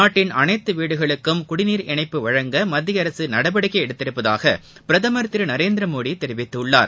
நாட்டின் அனைத்து வீடுகளுக்கும் குடிநீர் இணைப்பு வழங்க மத்திய அரசு நடவடிக்கை எடுத்துள்ளதாக பிரதமர் திரு நரேந்திரமோடி தெரிவித்துள்ளார்